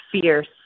fierce